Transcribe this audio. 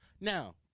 now